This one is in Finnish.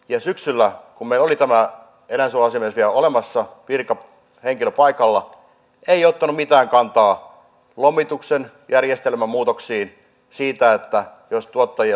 ja syksyllä kun meillä oli tämä eläinsuojeluasiamies vielä olemassa virka henkilö paikalla niin hän ei ottanut mitään kantaa lomituksen järjestelmämuutoksiin siihen että jos tuottaja ja lomituspalveluja heikennetään